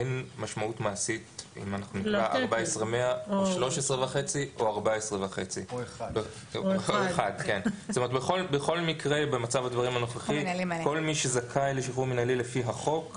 אין משמעות מעשית אם אנחנו נקבע 14,100 או 13,500 או 14,500 או 1. בכל מקרה במצב הדברים הנוכחי כל מי שזכאי לשחרור מנהלי לפי החוק,